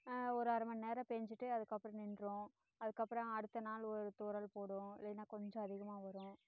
ஒரு அரை மணிநேரம் பெஞ்சிட்டு அதுக்கப்புறோம் நின்றுடும் அதுக்கப்புறோம் அடுத்த நாள் ஒரு தூறல் போடும் இல்லைனா கொஞ்சம் அதிகமாக வரும்